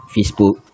Facebook